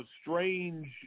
strange